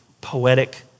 poetic